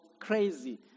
crazy